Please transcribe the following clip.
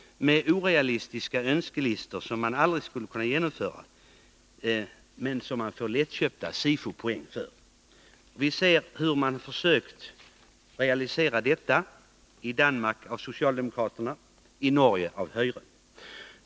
De presenterar också orealistiska önskelistor, som de aldrig skulle kunna förverkliga, men som de får lättköpta SIFO-poäng för. Vi kan se hur socialdemokraterna i Danmark och höyre i Norge har försökt realisera liknande önskelistor.